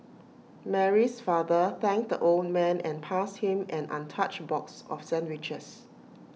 Mary's father thanked the old man and passed him an untouched box of sandwiches